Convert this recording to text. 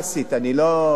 אני לא, מתאם